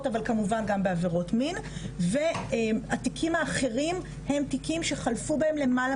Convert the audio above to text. אבל כמובן גם בעבירות מין והתיקים האחרים הם תיקים שחלפו בהם למעלה